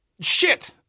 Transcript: Shit